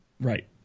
right